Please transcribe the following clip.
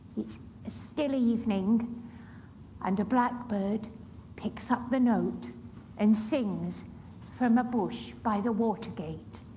it's a still evening and a blackbird picks up the note and sings from a bush by the water gate.